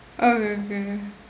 okay okay